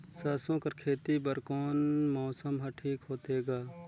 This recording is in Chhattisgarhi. सरसो कर खेती बर कोन मौसम हर ठीक होथे ग?